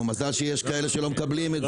נו, מזל שיש כאלה שלא מקבלים את זה...